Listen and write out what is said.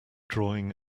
drawing